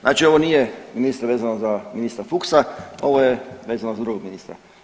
Znači ovo nije ministre vezano ministra Fuchsa, ovo je vezano za drugog ministra.